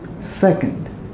Second